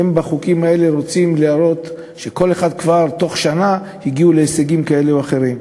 ובחוקים האלה הם רוצים להראות שבתוך שנה כבר הגיעו להישגים כאלה ואחרים.